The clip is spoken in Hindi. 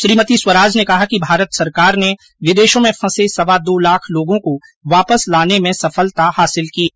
श्रीमती स्वराज ने कहा कि भारत सरकार ने विदेशों में फंसे सवा दो लाख लोगों को वापस लाने में सफलता हासिल की है